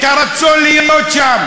את הרצון להיות שם.